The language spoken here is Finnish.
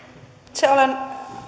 itse olen